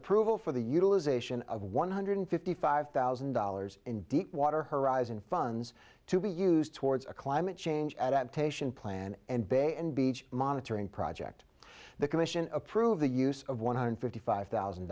approval for the utilization of one hundred fifty five thousand dollars in deep water horizon funds to be used towards a climate change at patient plant and bay and beach monitoring project the commission approved the use of one hundred fifty five thousand